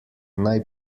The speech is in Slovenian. naj